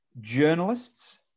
journalists